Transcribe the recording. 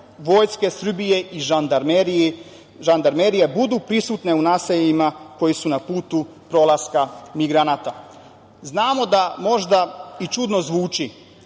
Vojske Srbije i Žandarmerije budu prisutni u naseljima koji su na putu prolaska migranata. Znamo da možda i čudno zvuči,